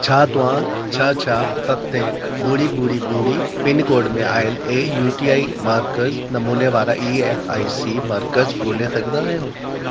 छा तव्हां छह छह सत ॿुड़ी ॿुड़ी ॿुड़ी पिनकोड में आयल ऐ यू टी आई मर्कज़ नमूने वारा ई एफ आई सी मर्कज़ ॻोल्हे सघंदा आहियो